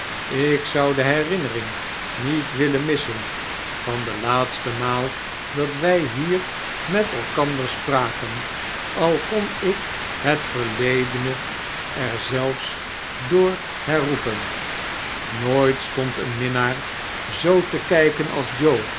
ik zou de herinnering niet willen missen van de laatste maal dat wij hiermet elkander spraken al kon ik het verledene er zelfs door her roepen nooit stond een minnaar zoo te kijken als